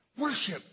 Worship